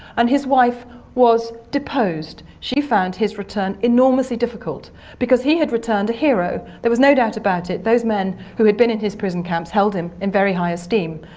and his wife was deposed. she found his return enormously difficult because he had returned a hero, there was no doubt about it, those men who had been in his prison camps held him in very high esteem,